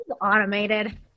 automated